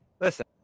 listen